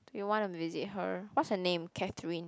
do you wanna visit her what's her name Katherine